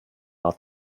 war